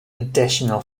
additional